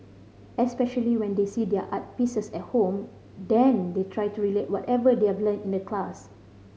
especially when they see their art pieces at home then they try to relate whatever they have learnt in the class